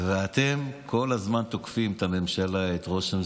ואתם כל הזמן תוקפים את הממשלה, את ראש הממשלה.